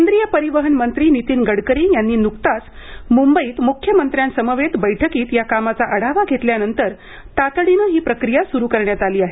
केंद्रीय परिवहन मंत्री नीतीन गडकरी यांनी न्कताच मुंबईत मुख्यमंत्र्यांसमवेत बैठकीत या कामाचा आढावा घेतल्यानंतर तातडीनं ही प्रक्रिया सुरू करण्यात आली आहे